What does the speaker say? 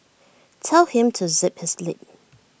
tell him to zip his lip